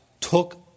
took